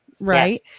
right